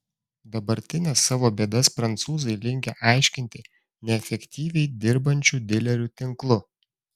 dabartines savo bėdas prancūzai linkę aiškinti neefektyviai dirbančiu dilerių tinklu